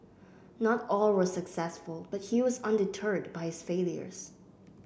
not all were successful but he was undeterred by his failures